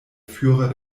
führer